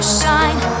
shine